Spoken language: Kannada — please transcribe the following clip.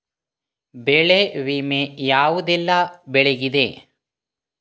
ಬೆಳೆ ವಿಮೆ ಯಾವುದೆಲ್ಲ ಬೆಳೆಗಿದೆ?